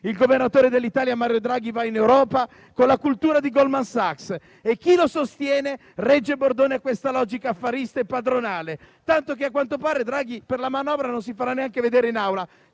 Il governatore dell'Italia Mario Draghi va in Europa con la cultura di Goldman Sachs e chi lo sostiene regge bordone a questa logica affarista e padronale, tanto che, a quanto pare, Draghi per la manovra non si farà neanche vedere in Aula.